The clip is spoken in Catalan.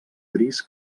gris